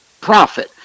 profit